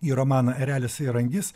į romaną erelis ir angis